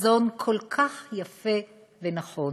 חזון כל כך יפה ונכון.